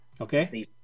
Okay